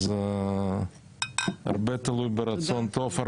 אז הרבה תלוי ברצון טוב.